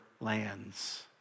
lands